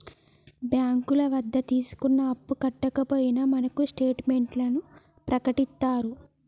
బ్యాంకుల వద్ద తీసుకున్న అప్పు కట్టకపోయినా మనకు స్టేట్ మెంట్లను ప్రకటిత్తారు